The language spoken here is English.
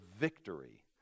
victory